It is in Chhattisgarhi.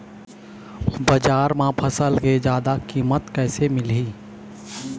बजार म फसल के जादा कीमत कैसे मिलही?